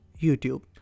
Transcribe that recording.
YouTube